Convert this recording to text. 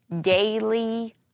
daily